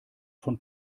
von